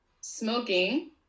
smoking